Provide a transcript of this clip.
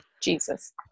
Jesus